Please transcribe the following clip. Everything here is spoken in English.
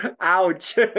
Ouch